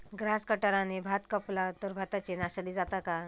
Grass कटराने भात कपला तर भाताची नाशादी जाता काय?